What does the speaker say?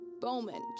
Bowman